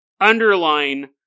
underline